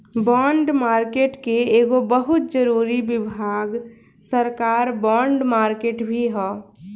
bond market के एगो बहुत जरूरी विभाग सरकार बॉन्ड मार्केट भी ह